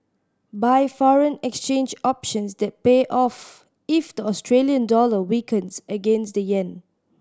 buy foreign exchange options that pay off if the Australian dollar weakens against the yen